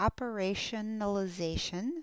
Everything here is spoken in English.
operationalization